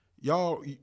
y'all